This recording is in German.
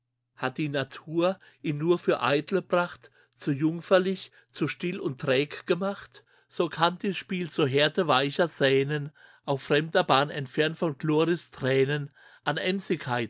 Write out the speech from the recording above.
hat die natur ihn nur für eitle pracht zu jüngferlich zu still und träg gemacht so kann dies spiel zur härte weicher sänen auf fremder bahn entfernt von chloris tränen an